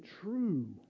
true